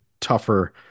tougher